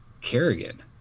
Kerrigan